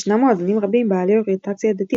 ישנם מועדונים רבים בעלי אוריינטציה דתית,